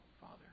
Father